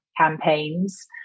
campaigns